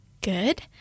good